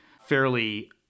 fairly